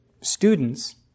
students